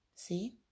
See